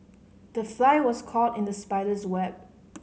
the fly was caught in the spider's web